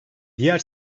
diğer